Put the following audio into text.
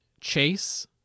Chase